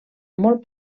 molt